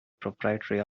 proprietary